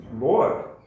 Lord